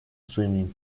swimming